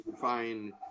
fine